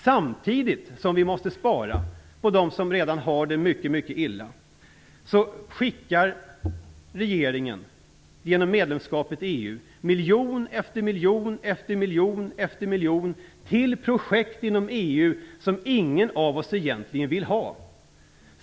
Samtidigt som vi måste spara på dem som redan har det mycket illa ställt skickar regeringen, genom medlemskapet i EU, miljon efter miljon till projekt inom EU som ingen av oss egentligen vill ha.